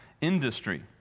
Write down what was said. industry